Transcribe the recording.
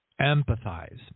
empathize